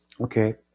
okay